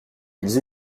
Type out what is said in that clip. ils